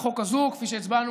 הכנסת קארין